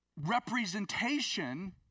representation